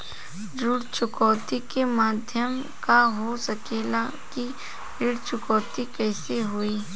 ऋण चुकौती के माध्यम का हो सकेला कि ऋण चुकौती कईसे होई?